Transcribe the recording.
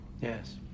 yes